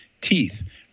Teeth